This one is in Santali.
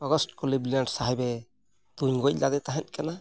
ᱟᱜᱚᱥᱴ ᱠᱞᱤᱵᱽ ᱞᱮᱱᱰ ᱥᱟᱦᱮᱵᱽ ᱮ ᱛᱩᱧ ᱜᱚᱡ ᱞᱮᱫᱮ ᱛᱟᱦᱮᱸ ᱠᱟᱱᱟ